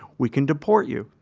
we can deport you.